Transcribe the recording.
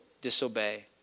disobey